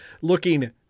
looking